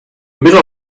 middle